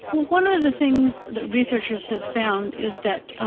well one of the things that researchers have found, is that